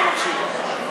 אני מקשיב.